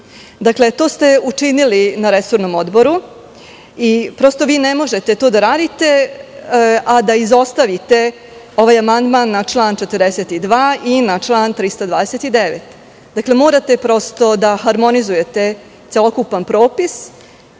Dakle, to ste učinili na resornom odboru i vi ne možete to da radite, a da izostavite ovaj amandman na član 42. i na član 329. Dakle, morate da harmonizujete celokupan propis